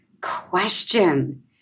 question